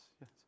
yes